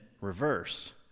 reverse